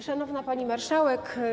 Szanowna Pani Marszałek!